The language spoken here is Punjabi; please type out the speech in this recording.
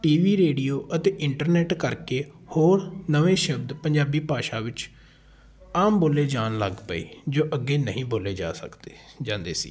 ਟੀ ਵੀ ਰੇਡੀਓ ਅਤੇ ਇੰਟਰਨੈਟ ਕਰਕੇ ਹੋਰ ਨਵੇਂ ਸ਼ਬਦ ਪੰਜਾਬੀ ਭਾਸ਼ਾ ਵਿੱਚ ਆਮ ਬੋਲੇ ਜਾਣ ਲੱਗ ਪਏ ਜੋ ਅੱਗੇ ਨਹੀਂ ਬੋਲੇ ਜਾ ਸਕਦੇ ਜਾਂਦੇ ਸੀ